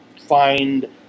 find